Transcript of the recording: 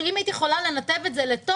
שאם הייתי יכולה לנתב את זה לתוך,